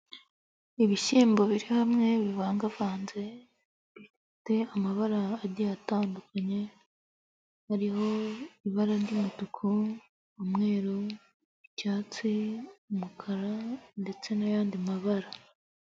Ibishyimbo biri hamwe bivangavanze bifite amabara agiye atandukanye, hariho ibara ry'umutuku, umweruru, icyatsi, umukara ndetse n'ayandi mabara.